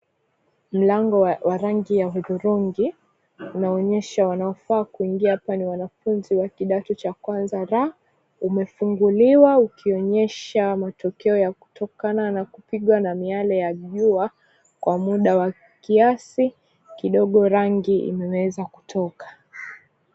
Mlango wa rangi ya hudhurungi unaonyesha wanaofaa kuingia hapa ni wanafunzi wa kidato cha 1R umefunguliwa ukionyesha matokeo ya kutokana na kupigwa na miale ya jua kwa muda wa kiasi kidogo rangi imeweza kutoka.